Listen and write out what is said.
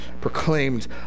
proclaimed